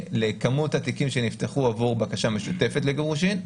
לכמות התיקים שנפתחו עבור בקשה משותפת לגירושין,